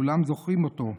כולם זוכרים אותו,